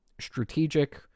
strategic